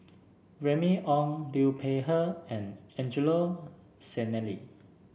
Remy Ong Liu Peihe and Angelo Sanelli